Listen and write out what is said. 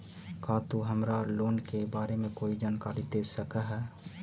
का तु हमरा लोन के बारे में कोई जानकारी दे सकऽ हऽ?